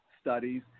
studies